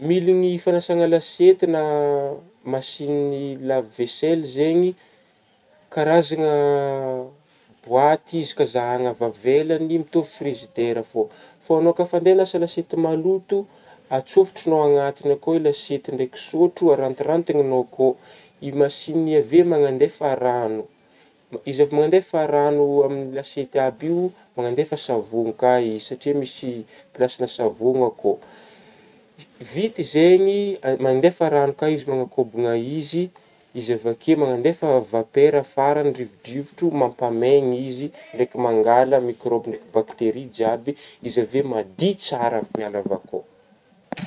Miligny fanasagna lasiety na masinigny lave vaiseille zegny karazagna bôaty izy ka zahagna avy ivelagny mitovy frizidera fô, fô anao ka fa aneha agnasa lasiety maloto, antsofotrognao anatigny akao lasiety ndraiky sotro arantirantignao koa ,i-masinigny avy ao manandefa rano ma-izy efa avy manandefa rano amin'gny lasiety aby io manandefa savogny ka izy satria misy plasigna savogny akao vi-vita zegny ma-mandefa rano koa izy manakobagna izy, izy avy akeo manandefa vapera faragny rivodrivotro mampamaigny izy ndraiky mangala mikraoba ndraiky bakteria jiaby izy avy eo madiy tsara miala avy akeo.